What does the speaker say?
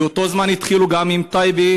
באותו זמן התחילו גם עם טייבה.